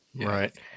Right